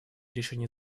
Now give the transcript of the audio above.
решений